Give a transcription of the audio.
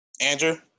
Andrew